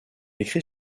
écrit